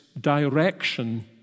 direction